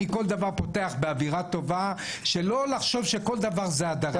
אני כל דבר פותח באווירה טובה שלא לחשוב שכל דבר זה הדרה.